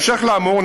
בהמשך לאמור,